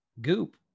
goop